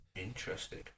Interesting